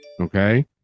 Okay